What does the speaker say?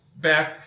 back